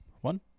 one